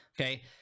okay